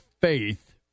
Faith